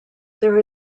there